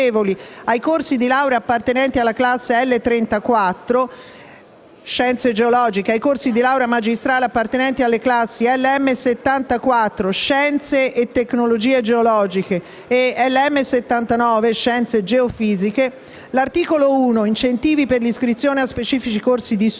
ai corsi di laurea appartenenti alla classe e L34 (scienze geologiche) e ai corsi di laurea magistrale appartenenti alle classi LM74 (scienze e tecnologie geologiche) e LM79 (scienze geofisiche), l'articolo 1 («Incentivi per l'iscrizione a specifici corsi di studio»),